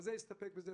נסתפק בזה.